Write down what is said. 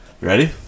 Ready